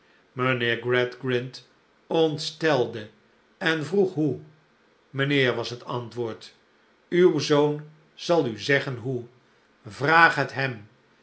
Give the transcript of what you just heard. mijnheer gradgrind ontstelde en vroeg hoe mijnheer was het antwoord uwzoonzal u zeggen hoe vraag het hem